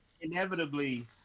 inevitably